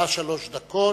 לה שלוש דקות.